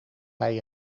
hij